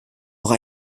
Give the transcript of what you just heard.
noch